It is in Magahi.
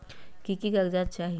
की की कागज़ात चाही?